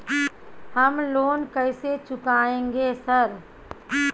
हम लोन कैसे चुकाएंगे सर?